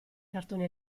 cartoni